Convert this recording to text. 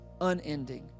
unending